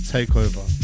Takeover